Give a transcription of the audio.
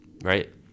right